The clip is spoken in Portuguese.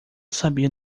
sabia